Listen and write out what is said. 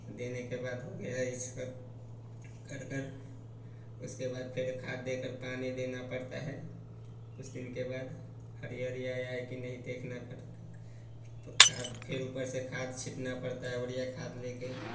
देने के बाद हो गया इसका कट कर उसके बाद फ़िर खाद देकर पानी देना पड़ता है कुछ दिन के बाद हरियाली आई की नहीं देखना पड़ता हैं फ़िर ऊपर से खाद छिड़कना पड़ता है ओड़िया खाद लेकर